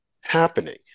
happening